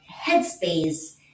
headspace